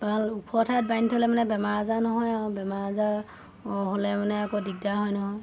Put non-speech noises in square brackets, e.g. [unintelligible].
[unintelligible] ওখ ঠাইত বান্ধি থ'লে মানে বেমাৰ আজাৰ নহয় আৰু বেমাৰ আজাৰ হ'লে মানে আকৌ দিগদাৰ হয় নহয়